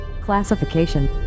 Classification